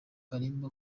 kalimba